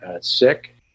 sick